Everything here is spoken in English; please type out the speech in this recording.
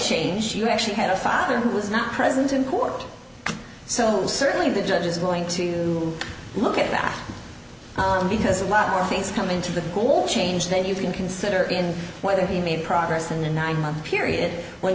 change she actually had a father who was not present in court so certainly the judge is going to look at that because a lot more things come into the school change then you can consider in whether he made progress in the nine month period when